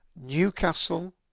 Newcastle